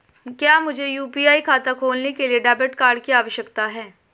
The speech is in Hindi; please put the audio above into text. क्या मुझे यू.पी.आई खाता खोलने के लिए डेबिट कार्ड की आवश्यकता है?